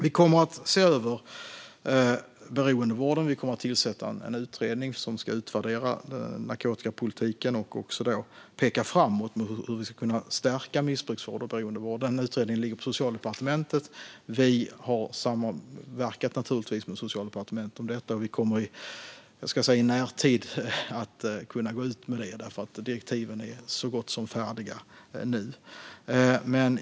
Vi kommer att se över beroendevården, och vi kommer att tillsätta en utredning som ska utvärdera narkotikapolitiken och också peka framåt mot hur vi ska kunna stärka missbruksvården och beroendevården. Denna utredning ligger på Socialdepartementet, och vi samverkar naturligtvis med departementet om den. Vi kommer i närtid att kunna gå ut med detta, för direktiven är så gott som färdiga nu.